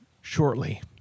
shortly